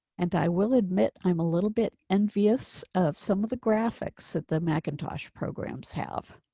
and i will admit i'm a little bit envious of some of the graphics that the macintosh programs have.